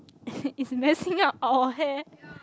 it's messing up our hair